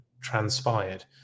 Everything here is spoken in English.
transpired